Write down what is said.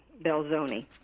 Belzoni